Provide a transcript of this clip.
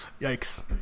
yikes